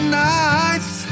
nights